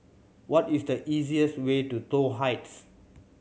what is the easiest way to Toh Heights